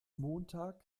montag